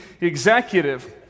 executive